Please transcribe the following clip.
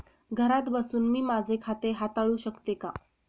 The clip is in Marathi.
घरात बसून मी माझे खाते हाताळू शकते का?